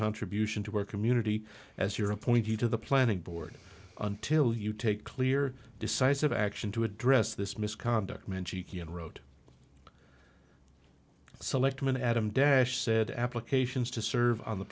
contribution to our community as your appointee to the planning board until you take clear decisive action to address this misconduct man she wrote selectman adam dash said applications to serve on the